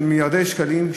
של מיליארדי שקלים,